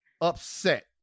upset